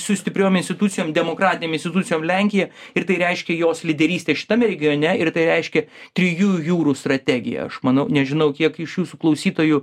su stipriom institucijom demokratinėm institucijom lenkija ir tai reiškia jos lyderystę šitame regione ir tai reiškia trijų jūrų strategiją aš manau nežinau kiek iš jūsų klausytojų